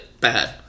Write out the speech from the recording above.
bad